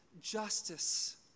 justice